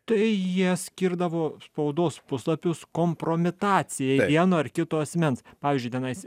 tai jie skirdavo spaudos puslapius kompromitacijai vieno ar kito asmens pavyzdžiui tenais